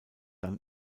dann